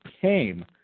came